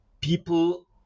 people